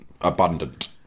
abundant